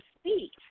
speak